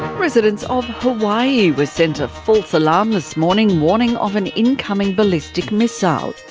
residents of hawaii were sent a false alarm this morning warning of an incoming ballistic missile.